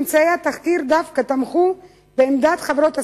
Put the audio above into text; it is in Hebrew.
ממצאי התחקיר דווקא תמכו בעמדת חברות הסלולר,